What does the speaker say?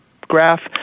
graph